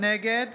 נגד